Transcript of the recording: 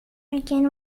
again